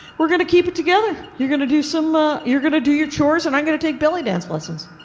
we're gonna keep it together. you're gonna do some ah, you're gonna do your chores and i'm gonna take belly dance lessons.